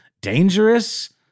dangerous